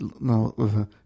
No